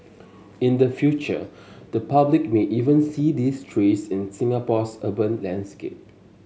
in the future the public may even see these trees in Singapore's urban landscape